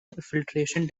filtration